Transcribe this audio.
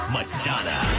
Madonna